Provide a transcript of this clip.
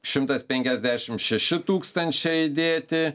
šimtas penkiasdešimt šeši tūkstančiai įdėti